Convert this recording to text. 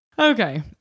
Okay